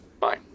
Fine